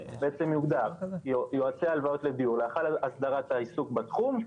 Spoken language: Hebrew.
בעצם יוגדר יועצי הלוואות לדיור לאחר הסדרת העיסוק בתחום,